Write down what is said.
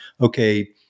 okay